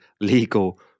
legal